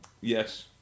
Yes